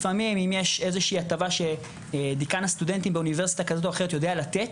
אם יש הטבה שדיקאן הסטודנטים באוניברסיטה כלשהי יודע לתת,